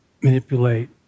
manipulate